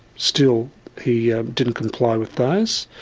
still he ah didn't comply with those.